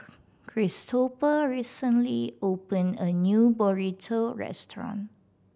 Kristopher recently opened a new Burrito restaurant